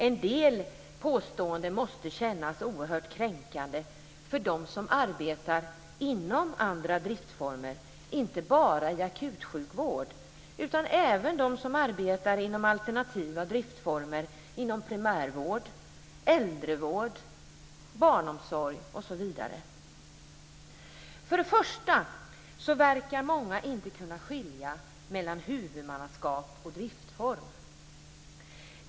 En del påståenden måste kännas oerhört kränkande för dem som arbetar inom andra driftformer, inte bara i akutsjukvård utan även för dem som arbetar inom primärvård, äldrevård, barnomsorg osv. Många verkar inte kunna skilja mellan huvudmannaskap och driftform.